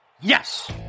Yes